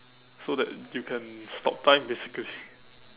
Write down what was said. so that you can stop time basically